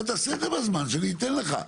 אבל תעשה את זה בזמן שאני אתן לך,